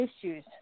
issues